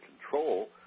control